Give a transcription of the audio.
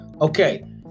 Okay